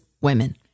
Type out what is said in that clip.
women